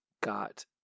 got